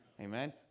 Amen